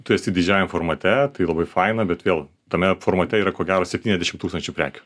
tu esi didžiajam formate tai labai faina bet vėl tame formate yra ko gero septyniasdešimt tūkstančių prekių